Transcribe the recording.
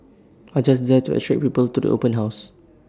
are just there to attract people to the open house